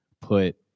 put